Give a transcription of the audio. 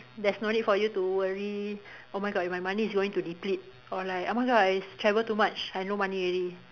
there's no need for you to worry oh my god is my money going to deplete or like oh my god is travel too much I've no money already